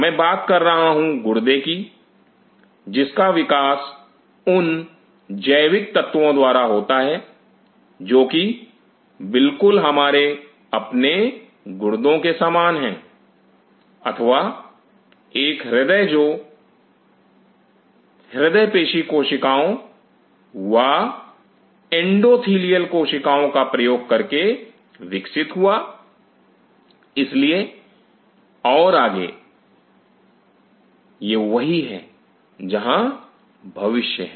मैं बात कर रहा हूं गुर्दे की जिसका विकास उन जैविक तत्वों द्वारा होता है जो कि बिल्कुल हमारे अपने गुर्दों के समान है अथवा एक हृदय जो कि हृदय पेशीकोशिकाओं व एंडोथीलियल कोशिकाओं का प्रयोग करके विकसित हुआ इसलिए और आगे यह वही है जहां भविष्य है